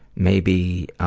maybe